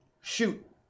shoot